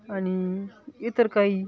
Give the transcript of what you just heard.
आणि इतर काही